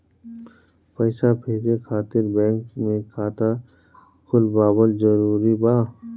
पईसा भेजे खातिर बैंक मे खाता खुलवाअल जरूरी बा?